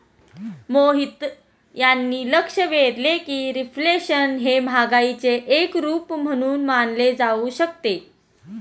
मोहित यांनी लक्ष वेधले की रिफ्लेशन हे महागाईचे एक रूप म्हणून मानले जाऊ शकते